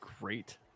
great